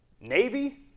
Navy